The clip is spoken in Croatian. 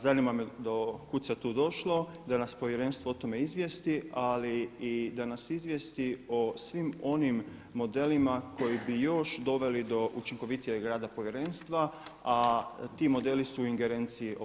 Zanima me do kud se tu došlo da nas povjerenstvo o tome izvijesti, ali da nas izvijesti o svim onim modelima koji bi još doveli do učinkovitijeg rada povjerenstva, a ti modeli su u ingerenciji ovog Sabora.